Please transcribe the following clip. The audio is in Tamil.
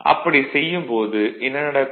அப்படி செய்யும் போது என்ன நடக்கும்